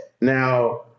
Now